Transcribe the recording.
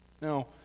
Now